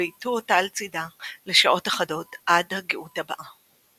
והיטו אותה על צידה לשעות אחדות עד הגאות הבאה.